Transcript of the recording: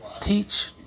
teach